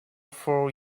for